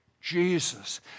Jesus